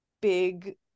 big